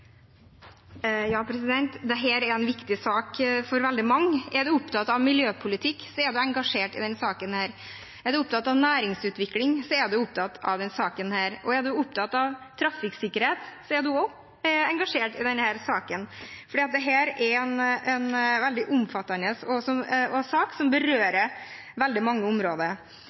er en viktig sak for veldig mange. Er en opptatt av miljøpolitikk, er en engasjert i denne saken. Er en opptatt av næringsutvikling, er en opptatt av denne saken. Og er en opptatt av trafikksikkerhet, er en også engasjert i denne saken. For dette er en veldig omfattende sak, som